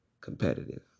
competitive